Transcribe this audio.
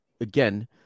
again